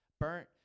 burnt